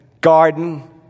garden